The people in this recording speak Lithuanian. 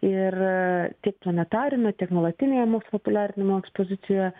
ir tiek planetariume tiek nuolatinėje mokslo populiarinimo ekspozicijoje